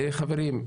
חברים,